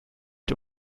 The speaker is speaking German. die